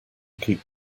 keep